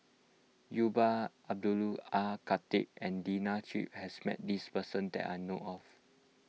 Umar Abdullah Khatib and Lina Chiam has met this person that I know of